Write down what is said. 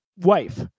wife